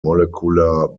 molecular